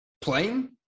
playing